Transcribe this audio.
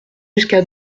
jusqu’à